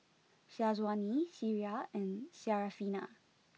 Syazwani Syirah and Syarafina